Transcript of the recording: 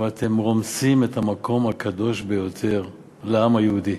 אבל אתם רומסים את המקום הקדוש ביותר לעם היהודי,